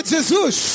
Jesus